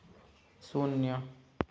शून्य